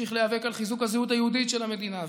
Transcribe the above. אמשיך להיאבק על חיזוק הזהות היהודית של המדינה,